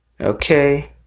Okay